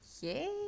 yay